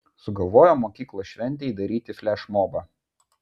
sugalvojom mokyklos šventei daryt flešmobą